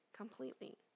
Completely